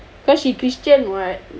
cause she christian [what]